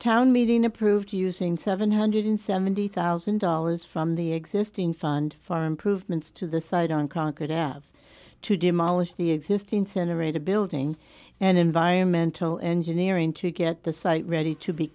town meeting approved using seven hundred seventy thousand dollars from the existing fund far improvements to the site on concord up to demolish the existing center eight a building and environmental engineering to get the site ready to be